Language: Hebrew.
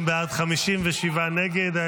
50 בעד, 57 נגד.